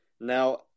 now